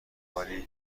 حالی